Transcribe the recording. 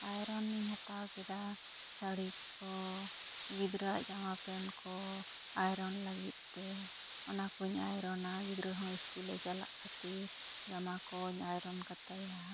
ᱟᱭᱨᱚᱱᱤᱧ ᱦᱟᱛᱟᱣᱟ ᱠᱮᱫᱟ ᱥᱟᱹᱲᱤ ᱠᱚ ᱜᱤᱫᱽᱨᱟᱹᱣᱟᱜ ᱡᱟᱢᱟ ᱯᱮᱱᱴ ᱠᱚ ᱟᱭᱨᱚᱱ ᱞᱟᱹᱜᱤᱫ ᱛᱮ ᱚᱱᱟ ᱠᱩᱧ ᱟᱭᱨᱚᱱᱟ ᱜᱤᱫᱽᱨᱟᱹ ᱦᱚᱸ ᱤᱥᱠᱩᱞ ᱮ ᱪᱟᱞᱟᱜ ᱠᱷᱟᱹᱛᱤᱨ ᱡᱟᱢᱟ ᱠᱩᱧ ᱟᱭᱨᱚᱱ ᱠᱟᱛᱟᱭᱟ